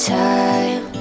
time